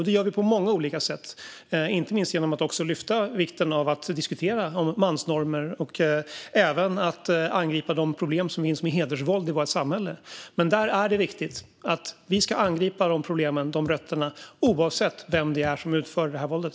Det gör vi på många olika sätt, inte minst genom att lyfta vikten av att diskutera mansnormer och även angripa de problem som finns med hedersvåld i vårt samhälle. Men där är det viktigt att vi ska angripa dessa problem och dessa rötter oavsett vem det är som utför våldet.